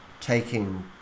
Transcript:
taking